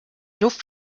luft